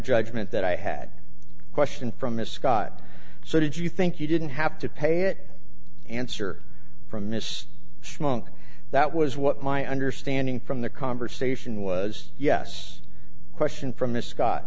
judgment that i had a question from is scott so did you think you didn't have to pay it answer from miss strong that was what my understanding from the conversation was yes a question from a scot